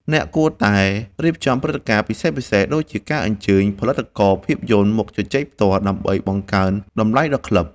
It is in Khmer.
អ្នកគួរតែរៀបចំព្រឹត្តិការណ៍ពិសេសៗ ដូចជាការអញ្ជើញផលិតករភាពយន្តមកជជែកផ្ទាល់ ដើម្បីបង្កើនតម្លៃដល់ក្លឹប។